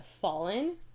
Fallen